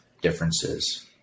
differences